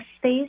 space